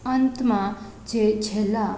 અંતમાં જે છેલ્લા